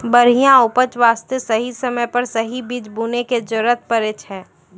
बढ़िया उपज वास्तॅ सही समय पर सही बीज बूनै के जरूरत पड़ै छै